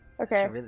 Okay